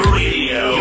radio